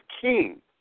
king